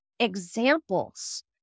examples